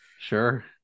Sure